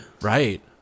Right